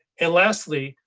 and lastly,